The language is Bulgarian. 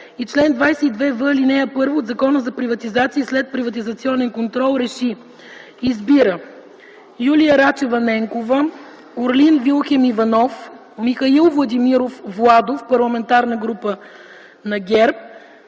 и чл. 22в, ал. 1 от Закона за приватизация и следприватизационен контрол Р Е Ш И: 1. Избира: Юлия Рачева Ненкова Орлин Вилхелм Иванов Михаил Владимиров Владов – Парламентарна група на ГЕРБ